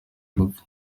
gupfa